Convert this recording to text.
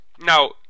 Now